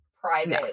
private